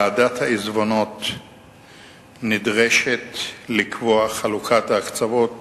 ועדת העיזבונות נדרשת לקבוע את חלוקת ההקצבות